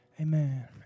Amen